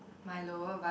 my lower butt